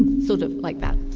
sort of like that.